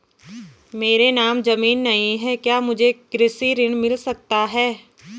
मेरे नाम ज़मीन नहीं है क्या मुझे कृषि ऋण मिल सकता है?